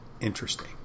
interesting